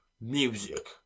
music